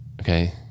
okay